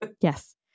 Yes